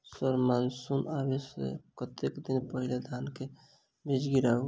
Sir monsoon आबै सऽ कतेक दिन पहिने धान केँ बीज गिराबू?